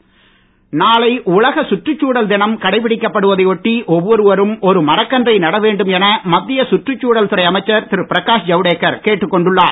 சுற்றுச்சூழல் நாளை உலக சுற்றுச்சூழல் தினம் கடைபிடிக்கப்படுவதை ஒட்டி ஒவ்வொருவரும் ஒரு மரக்கன்றை நட வேண்டும் என மத்திய சுற்றுச்சூழல் துறை அமைச்சர் திரு பிரகாஷ் ஜவ்டேகர் கேட்டுக் கொண்டுள்ளார்